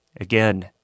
Again